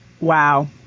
Wow